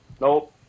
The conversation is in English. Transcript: nope